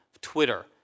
Twitter